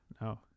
no